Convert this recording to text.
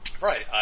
right